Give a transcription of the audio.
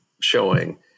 showing